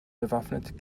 bewaffnet